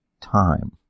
time